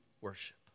worship